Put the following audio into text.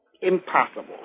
impossible